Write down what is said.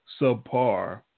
subpar